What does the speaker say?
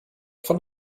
von